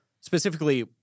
specifically